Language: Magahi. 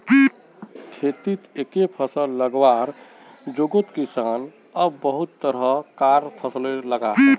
खेतित एके फसल लगवार जोगोत किसान अब बहुत तरह कार फसल लगाहा